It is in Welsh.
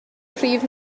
prif